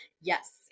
Yes